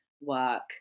work